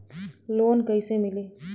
Loan कईसे मिली?